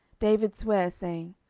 david sware, saying,